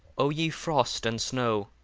o ye frost and snow,